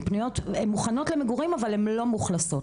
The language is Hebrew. שהן פנויות ומוכנות למגורים אבל לא מאוכלסות.